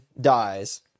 dies